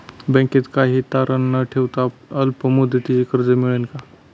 बँकेत काही तारण न ठेवता अल्प मुदतीचे कर्ज मिळेल का?